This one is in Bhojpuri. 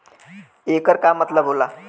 येकर का मतलब होला?